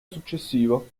successivo